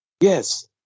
Yes